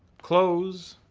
close.